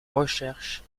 recherche